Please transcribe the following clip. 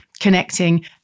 connecting